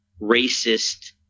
racist